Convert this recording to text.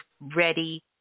ready